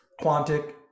Quantic